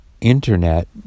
internet